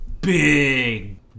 big